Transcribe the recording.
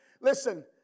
listen